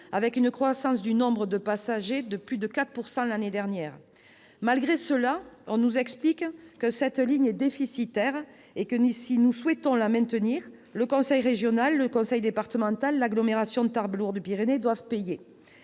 avec une croissance du nombre de passagers de plus de 4 % l'année dernière. Malgré cela, on nous explique que cette ligne est déficitaire et que, pour la maintenir, le conseil régional, le conseil départemental et l'agglomération Tarbes-Lourdes-Pyrénées doivent payer.